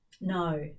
No